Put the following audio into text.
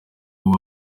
baba